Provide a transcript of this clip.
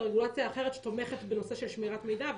אלא רגולציה אחרת שתומכת בנושא של שמירת מידע.